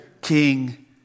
King